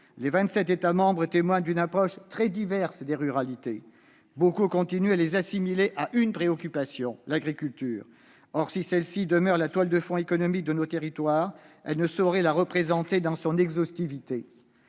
États membres ont une approche très diverse des ruralités. Beaucoup d'entre eux continuent à les assimiler à une seule préoccupation : l'agriculture. Or, si celle-ci demeure la toile de fond économique de nos territoires, elle ne saurait la représenter dans son exhaustivité.